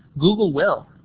google will.